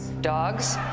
dogs